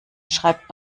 schreibt